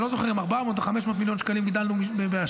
אני לא זוכר אם 400 או 500 מיליון שקלים הגדלנו השנה,